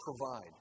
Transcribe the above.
provide